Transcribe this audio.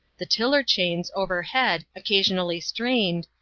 the tiller chains overhead occasionally strained,